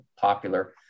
popular